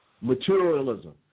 Materialism